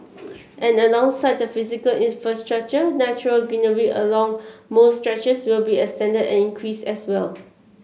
and alongside the physical infrastructure natural greenery along most stretches will be extended and increased as well